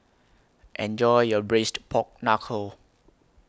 Enjoy your Braised Pork Knuckle